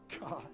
God